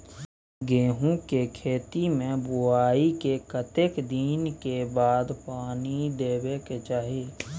गेहूँ के खेती मे बुआई के कतेक दिन के बाद पानी देबै के चाही?